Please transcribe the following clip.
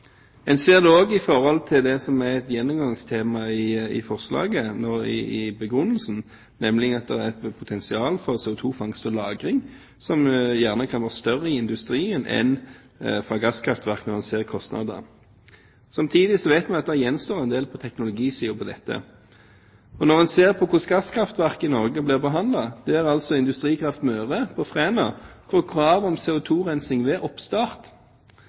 En ser det også i forhold til det som er et gjennomgangstema i forslaget, i begrunnelsen, nemlig at det gjerne er et større potensial for CO2-fangst og -lagring fra industrien enn fra gasskraftverkene når en ser på kostnadene. Samtidig vet vi at det gjenstår en del på teknologisiden når det gjelder dette. Når en ser på hvordan gasskraftverk i Norge blir behandlet – Industrikraft Møre på Fræna får krav om CO2-rensing ved oppstart,